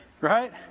Right